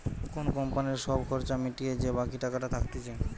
কোন কোম্পানির সব খরচা মিটিয়ে যে বাকি টাকাটা থাকতিছে